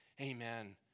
Amen